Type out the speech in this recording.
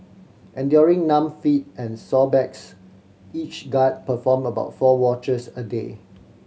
enduring numb feet and sore backs each guard performed about four watches a day